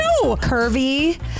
curvy